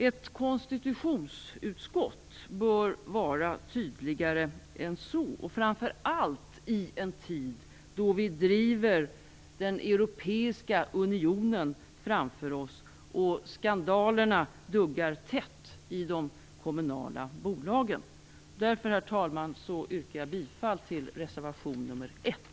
Ett konstitutionsutskott bör vara tydligare än så, framför allt i en tid då vi driver den europeiska unionen framför oss och skandalerna duggar tätt i de kommunala bolagen. Därför, herr talman, yrkar jag bifall till reservation nr 1.